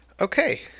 Okay